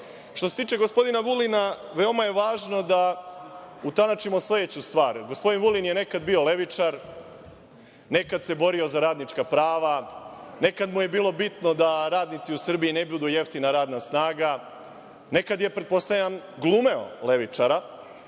se tiče gospodina Vulina, veoma je važno da utanačimo sledeću stvar. Gospodin Vulin je nekad bio levičar, nekad se borio za radnička prava, nekad mu je bilo bitno da radnici u Srbiji ne budu jeftina radna snaga, nekad je, pretpostavljam, glumio levičara